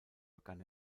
begann